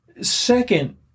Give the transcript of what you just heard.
Second